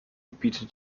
bietet